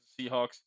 Seahawks